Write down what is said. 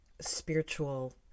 spiritual